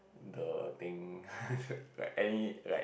the thing like any like